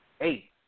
eight